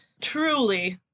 truly